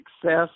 success